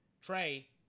Trey